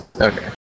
Okay